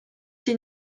się